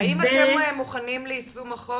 האם אתם מוכנים ליישום החוק